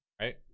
right